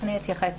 אני אתייחס.